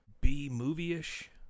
B-movie-ish